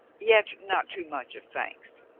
yet not too much of thanks.